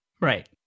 right